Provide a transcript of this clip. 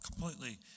completely